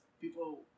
People